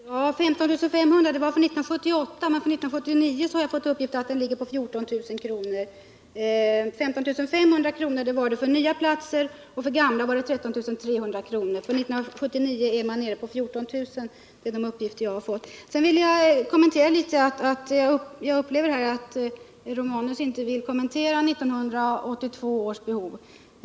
Herr talman! Siffran 15 500 gällde för 1978, men för 1979 har jag fått uppgift om att siffran ligger på 14 000 kr. 15 500 kr. gällde för nya platser, och för gamla var det 13 300 kr. För 1979 är man nere på 14 000 kr. Det är de uppgifter jag har fått. Jag upplever här att Gabriel Romanus inte vill kommentera 1982 års behov.